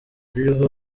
ziriho